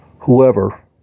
whoever